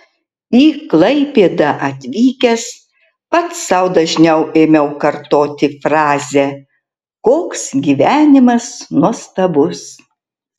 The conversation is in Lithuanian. į klaipėdą atvykęs pats sau dažniau ėmiau kartoti frazę koks gyvenimas nuostabus